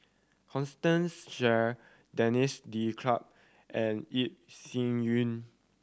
Constance Sheare Denis D'Cotta and Yeo Shih Yun